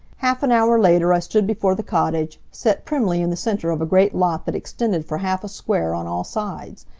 half an hour later i stood before the cottage, set primly in the center of a great lot that extended for half a square on all sides.